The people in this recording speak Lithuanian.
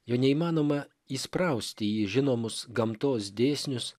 jo neįmanoma įsprausti į žinomus gamtos dėsnius